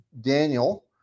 Daniel